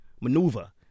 maneuver